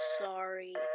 sorry